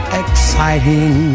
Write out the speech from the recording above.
exciting